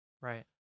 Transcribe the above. right